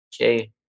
Okay